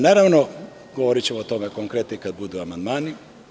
Naravno, govorićemo o tome konkretno kada budu amandmani.